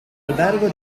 albergo